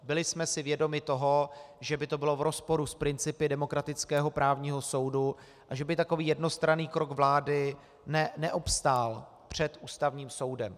Byli jsme si vědomi toho, že by to bylo v rozporu s principy demokratického právního soudu a že by takový jednostranný krok vlády neobstál před Ústavním soudem.